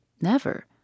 Never